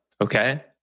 Okay